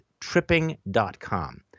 tripping.com